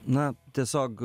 na tiesiog